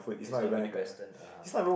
is not very Western ah ha